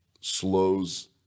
slows